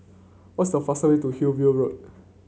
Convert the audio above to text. what's the fastest way to Hillview Road